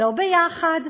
לא יחד.